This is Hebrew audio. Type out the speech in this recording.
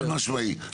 חד משמעית.